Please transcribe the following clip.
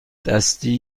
دستی